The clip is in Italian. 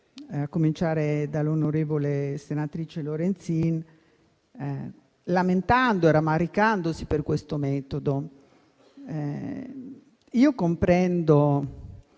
a cominciare dalla senatrice Lorenzin - lamentandosi e rammaricandosi per questo metodo. Io comprendo